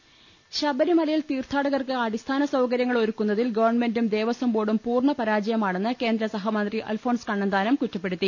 ് ശബരിമലയിൽ തീർത്ഥാടകർക്ക് അടിസ്ഥാന സൌകരൃങ്ങൾ ഒരുക്കുന്നതിൽ ഗവൺമെന്റും ദേവസ്വം ബോർഡും പൂർണ്ണപരാ ജയമാണെന്ന് കേന്ദ്രസഹമന്ത്രി അൽഫോൺസ് കണ്ണന്താനം കുറ്റ പ്പെടുത്തി